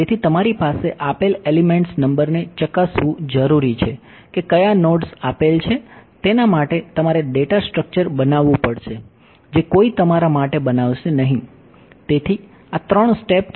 તેથી તમારી પાસે આપેલ એલિમેંટ્સ નંબરને ચકસવું જરૂરી છે કે કયા નોડ્સ આપેલ છે તેના માટે તમારે ડેટા સ્ટ્રક્ચર માં છે